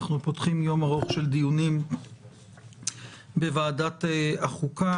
אנחנו פותחים יום ארוך של דיונים בוועדת החוקה,